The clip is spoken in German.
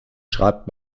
schreibt